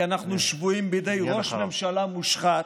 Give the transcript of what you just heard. כי אנחנו שבויים בידי ראש ממשלה מושחת,